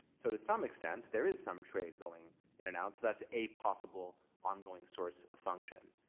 so to some extent, there is some trade going in and out. so that's a possible ongoing source of function.